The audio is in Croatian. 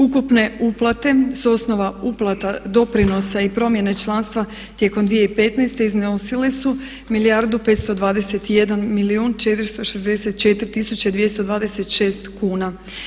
Ukupne uplate su o osnova uplata doprinosa i promjene članstva tijekom 2015. iznosile su milijardu 521 milijun 464 tisuće 226 kuna.